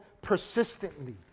persistently